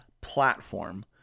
platform